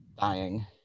dying